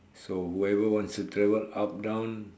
so whoever wants to travel up down